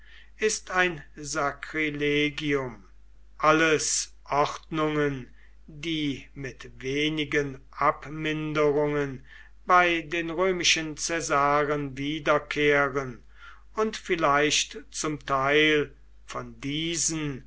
ist ein sakrilegium alles ordnungen die mit wenigen abminderungen bei den römischen caesaren wiederkehren und vielleicht zum teil von diesen